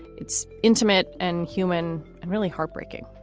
it's intimate and human and really heartbreaking.